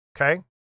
Okay